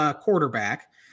quarterback